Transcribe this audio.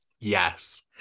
Yes